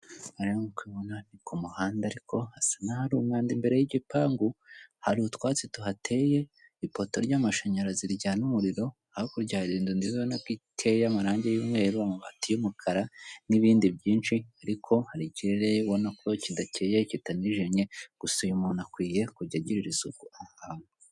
Hano nkuko ubibona ni ku muhanda, ariko hasa nkahari umwanda imbere y’igipangu. Hari utwatsi tuhateye. Ipoto ry’amashanyarazi rihari rikaba ritanga umuriro. Hakurya, hari inzu nziza yatewe irangi ry’umweru, irimo n’amabati y’umukara, hamwe n’ibindi byinshi. Gusa, ikirere kigaragara nk’ikitari keza ndetse kitaneye ijisho. Uyu muntu akwiye kujya agirira isuku.